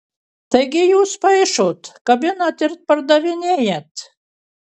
taigi jūs paišot kabinat ir pardavinėjat